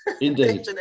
Indeed